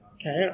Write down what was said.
Okay